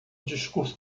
discurso